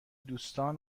دوستان